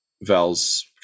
Val's